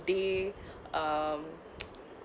they um